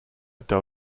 del